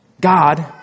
God